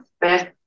best